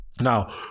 Now